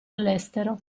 all’estero